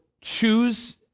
choose